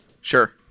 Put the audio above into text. sure